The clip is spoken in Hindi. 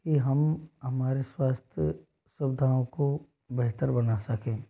कि हम हमारे स्वास्थ सुविधाओं को बेहतर बना सकें